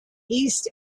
east